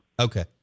Okay